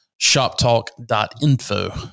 shoptalk.info